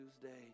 Tuesday